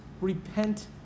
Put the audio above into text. repent